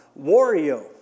Wario